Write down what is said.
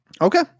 Okay